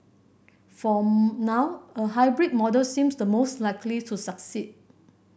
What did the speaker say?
for now a hybrid model seems the most likely to succeed